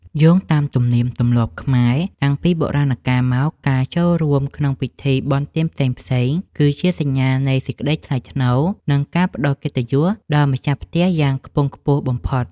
យោងតាមទំនៀមទម្លាប់ខ្មែរតាំងពីបុរាណកាលមក ការចូលរួមក្នុងពិធីបុណ្យទានផ្សេងៗ គឺជាសញ្ញានៃសេចក្តីថ្លៃថ្នូរ និងការផ្តល់កិត្តិយសដល់ម្ចាស់ផ្ទះយ៉ាងខ្ពង់ខ្ពស់បំផុត។